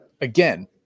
again